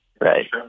Right